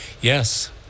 Yes